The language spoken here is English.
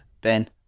Ben